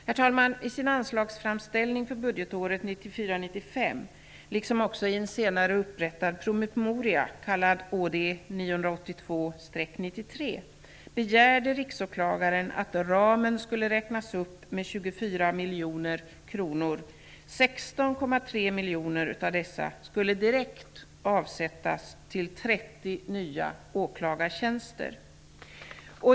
Herr talman! I sin anslagsframställning för budgetåret 1994 93 begärde miljoner kronor. 16,3 miljoner av dessa skulle direkt avsättas till 30 nya åklagartjänster.